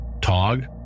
TOG